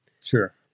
sure